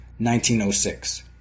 1906